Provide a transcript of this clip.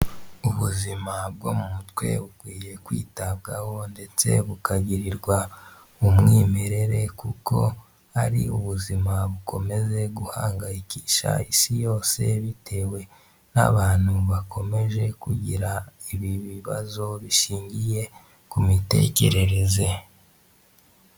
Ubuzima bwo mu mutwe bukwiye kwitabwaho ndetse bukagirirwa umwimerere, kuko ari ubuzima bukomeje guhangayikisha isi yose, bitewe n'abantu bakomeje kugira ibi bibazo bishingiye ku mitekerereze.